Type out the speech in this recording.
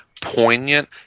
poignant